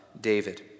David